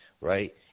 right